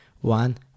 one